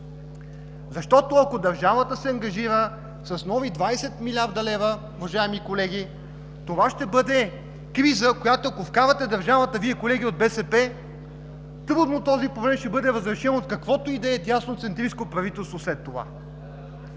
Защото ако държавата се ангажира с нови 20 млрд. лв., уважаеми колеги, това ще бъде криза, в която, ако вкарате държавата, Вие, колеги от БСП, трудно този проект ще бъде разрешим от каквото и да е дясноцентристко правителство след това.